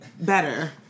better